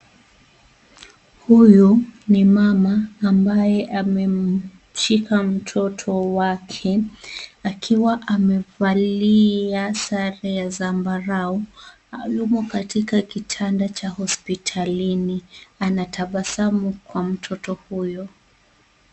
Huyu ni mama ambaye amemshika mtoto wake akiwa amevalia sare ya zambarau yumo katika kitanda cha hospitalini, anatabasamu kwa mtoto huyo.